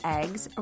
eggs